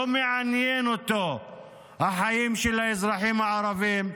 לא מעניין אותו החיים של האזרחים הערבים.